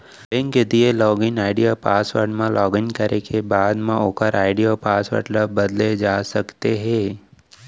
bank के दिए login ID अउ पासवर्ड म लॉगिन करे के बाद म ओकर आईडी अउ पासवर्ड ल बदले जा सकते हे